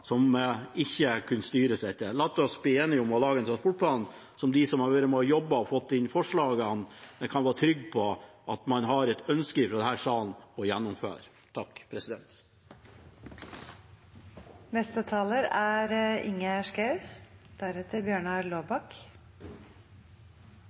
som det ikke kunne styres etter. La oss bli enige om å lage en transportplan der de som har vært med og jobbet og har fått inn forslagene, kan være trygge på at man fra denne salen har et ønske